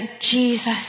Jesus